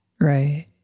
Right